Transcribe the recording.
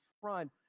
front